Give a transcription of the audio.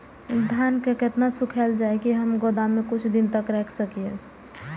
धान के केतना सुखायल जाय की हम गोदाम में कुछ दिन तक रख सकिए?